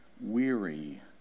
weary